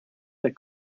that